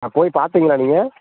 ஆ போய் பார்த்தீங்களா நீங்கள்